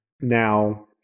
Now